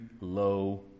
low